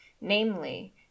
namely